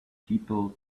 people